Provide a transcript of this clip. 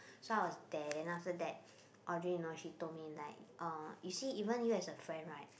so I was there then after that Audrey you know she told me like uh you see even you as a friend right